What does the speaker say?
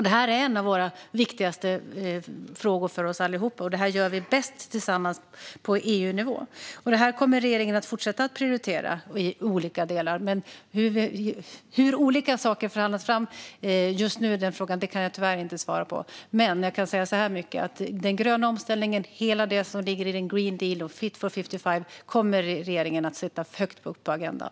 Det är en av de viktigaste frågorna för oss allihop, och vi gör det bäst tillsammans på EU-nivå. Regeringen kommer att fortsätta att prioritera detta i olika delar. Men hur olika saker förhandlas fram i frågan just nu kan jag tyvärr inte svara på. Jag kan dock säga så mycket att regeringen kommer att sätta den gröna omställning - allt det som ligger i EU:s Green Deal och Fit for 55 - högt upp på agendan.